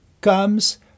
comes